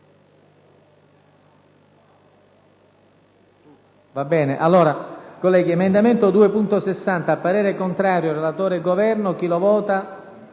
Grazie